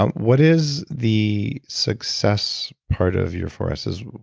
um what is the success part of your four s's?